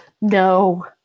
No